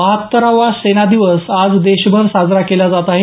बहात्तरावा सेनादिवस आज देशभर साजरा केला जात आहे